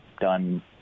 done